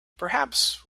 perhaps